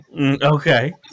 Okay